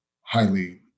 highly